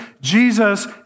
Jesus